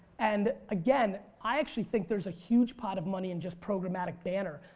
and again i actually think there's a huge pot of money in just programmatic banner.